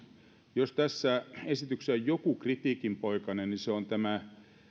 jos tässä esityksessä on joku kritiikinpoikanen niin se on tämä